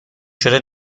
شده